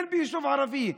אין ביישוב ערבי.